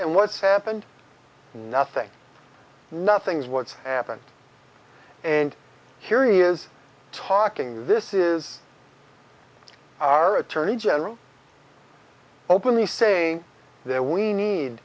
and what's happened nothing nothing's what's happened and here he is talking this is our attorney general openly saying that we need